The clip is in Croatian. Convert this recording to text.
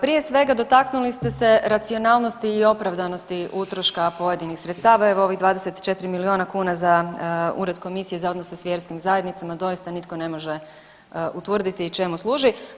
Prije svega, dotaknuli ste se racionalnosti i opravdanosti utroška pojedinih sredstava, evo, ovih 24 milijuna kuna za Ured komisije za odnose s vjerskim zajednicama, doista nitko ne može utvrditi čemu služi.